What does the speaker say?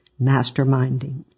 masterminding